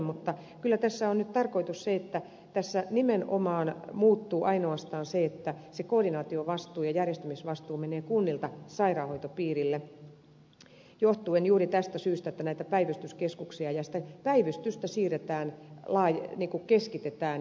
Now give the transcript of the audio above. mutta kyllä on nyt tarkoitus se että tässä nimenomaan muuttuu ainoastaan se että koordinaatiovastuu ja järjestymisvastuu menee kunnilta sairaanhoitopiireille juuri tästä syystä että on näitä päivystyskeskuksia ja päivystystä keskitetään